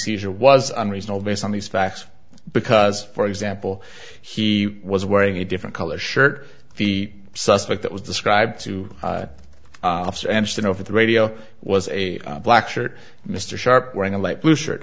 e was unreasonable based on these facts because for example he was wearing a different color shirt the suspect that was described to us anderson over the radio was a black shirt mr sharp wearing a light blue shirt